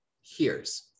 hears